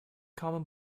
common